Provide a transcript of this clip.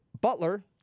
Butler